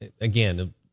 again